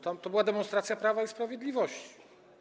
To była demonstracja Prawa i Sprawiedliwości.